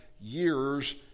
years